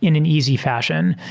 in an easy fashion.